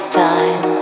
time